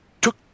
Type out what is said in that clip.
Took